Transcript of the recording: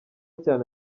cyane